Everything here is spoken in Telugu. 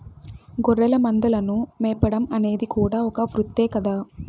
గొర్రెల మందలను మేపడం అనేది కూడా ఒక వృత్తే కదా